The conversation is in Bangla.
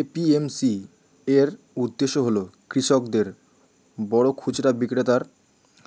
এ.পি.এম.সি এর উদ্দেশ্য হল কৃষকদের বড় খুচরা বিক্রেতার